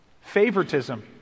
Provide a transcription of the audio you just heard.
favoritism